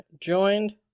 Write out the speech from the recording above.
joined